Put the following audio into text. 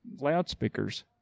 loudspeakers